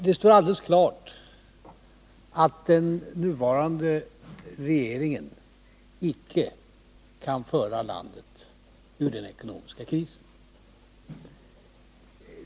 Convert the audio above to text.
Det står alldeles klart att den nuvarande regeringen icke kan föra landet ur den ekonomiska krisen.